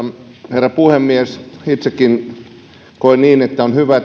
herra puhemies itsekin koen niin että on hyvä